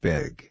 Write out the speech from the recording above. Big